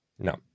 No